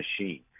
machine